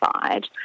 side